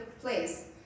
place